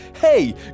Hey